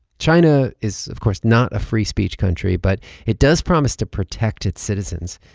china is, of course, not a free-speech country, but it does promise to protect its citizens.